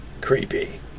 creepy